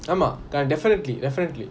ஆமா:ama definitely definitely